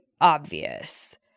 obvious